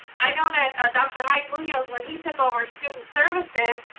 i know that ah dr. mike munoz, when he took over student services,